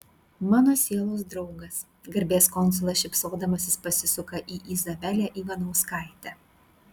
mano sielos draugas garbės konsulas šypsodamasis pasisuka į izabelę ivanauskaitę